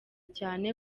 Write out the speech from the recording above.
cyane